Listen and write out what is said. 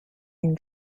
and